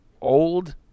old